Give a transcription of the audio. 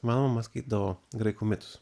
mano mama skaitydavo graikų mitus